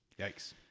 Yikes